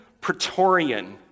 Praetorian